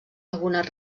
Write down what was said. algunes